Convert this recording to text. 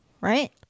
right